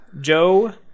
Joe